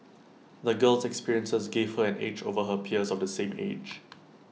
the girl's experiences gave her an edge over her peers of the same age